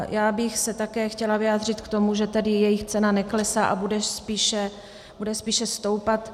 Já bych se také chtěla vyjádřit k tomu, že tedy jejich cena neklesá a bude spíše stoupat.